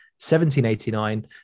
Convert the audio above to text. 1789